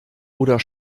oder